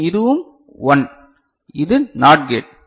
பின் இதுவும் 1 இது NOT gate